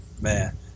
Man